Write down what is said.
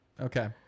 Okay